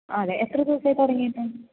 ആ അതേ എത്ര ദിവസായി തുടങ്ങിട്ട്